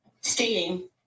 stating